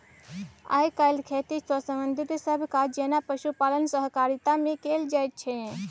आइ काल्हि खेती सँ संबंधित सब काज जेना पशुपालन सहकारिता मे कएल जाइत छै